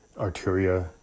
Arteria